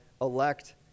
elect